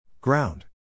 Ground